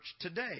today